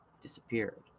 disappeared